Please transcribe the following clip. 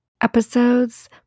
Episodes